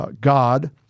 God